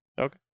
Okay